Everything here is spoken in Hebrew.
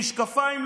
הוא עם משקפיים,